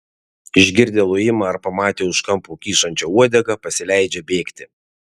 išgirdę lojimą ar pamatę už kampo kyšančią uodegą pasileidžia bėgti